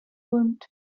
lund